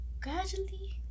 Gradually